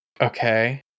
okay